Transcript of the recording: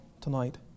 tonight